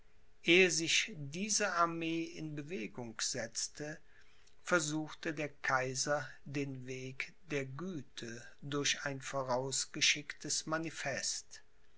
ehe sich diese armee in bewegung setzte versuchte der kaiser den weg der güte durch ein vorausgeschicktes manifest